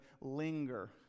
linger